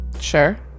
sure